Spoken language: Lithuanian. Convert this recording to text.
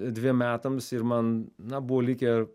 dviem metams ir man na buvo likę